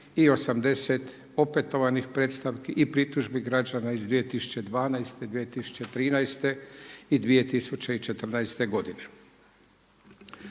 i 80 opetovanih predstavki i pritužbi građana iz 2012., 2013. i 2014. godine.